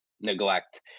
neglect